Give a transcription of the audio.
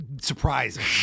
Surprising